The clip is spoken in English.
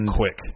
quick